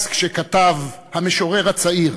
אז כשכתב המשורר הצעיר